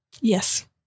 Yes